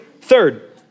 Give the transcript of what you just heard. Third